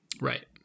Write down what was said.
Right